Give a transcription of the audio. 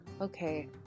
Okay